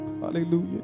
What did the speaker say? Hallelujah